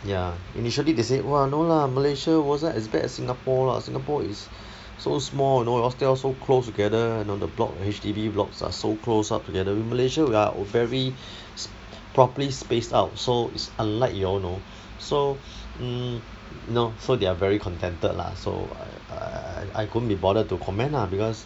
ya initially they say !wah! no lah malaysia wasn't as bad as singapore lah singapore is so small you know you all stay so close together you know the block H_D_B blocks are so close up together in malaysia we are very properly spaced out so it's unlike you all know so mm no so they're very contented lah so I I I I couldn't be bothered to comment lah because